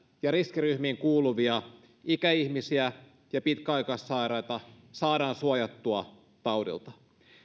ja riskiryhmiin kuuluvia ikäihmisiä ja pitkäaikaissairaita saadaan suojattua taudilta